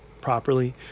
properly